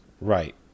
Right